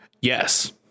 Yes